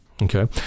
Okay